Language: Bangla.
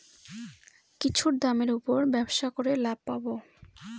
কিছুর দামের উপর ব্যবসা করে লাভ পাবো